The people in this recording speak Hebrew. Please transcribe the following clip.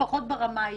לפחות ברמה האישית.